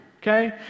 okay